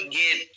get